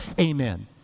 Amen